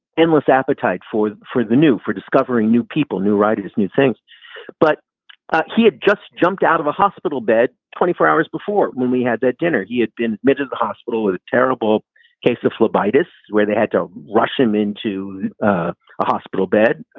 endless appetite for for the new for discovering new people, new writers, new things but he had just jumped out of a hospital bed twenty four hours before when we had that dinner. he had been admitted to hospital with a terrible case of phlebitis where they had to rush him into ah a hospital bed